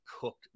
cooked